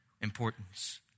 importance